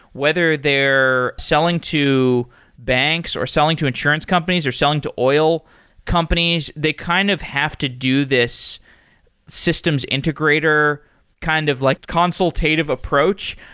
whether they're selling to banks or selling to insurance companies or selling to oil companies. they kind of have to do this systems integrator kind of like consultative approach,